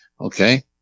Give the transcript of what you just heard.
Okay